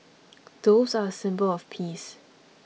doves are a symbol of peace